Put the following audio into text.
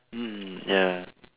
mm ya